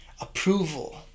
approval